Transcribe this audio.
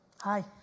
Hi